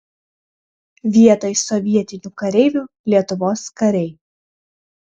vietoj sovietinių kareivių lietuvos kariai